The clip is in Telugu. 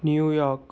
న్యూయార్క్